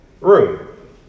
room